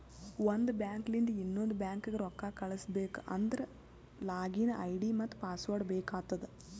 ಒಂದ್ ಬ್ಯಾಂಕ್ಲಿಂದ್ ಇನ್ನೊಂದು ಬ್ಯಾಂಕ್ಗ ರೊಕ್ಕಾ ಕಳುಸ್ಬೇಕ್ ಅಂದ್ರ ಲಾಗಿನ್ ಐ.ಡಿ ಮತ್ತ ಪಾಸ್ವರ್ಡ್ ಬೇಕ್ ಆತ್ತುದ್